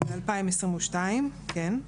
ב-2022, כן.